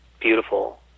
beautiful